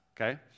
okay